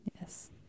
Yes